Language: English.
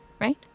Right